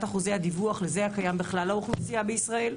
אחוזי הדיווח לזה הקיים בכלל האוכלוסייה בישראל,